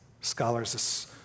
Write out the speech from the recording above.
Scholars